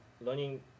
learning